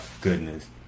goodness